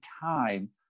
time